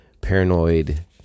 paranoid